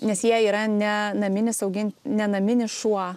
nes jie yra ne naminis augint ne naminis šuo